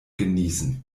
genießen